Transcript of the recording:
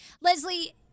Leslie